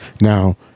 Now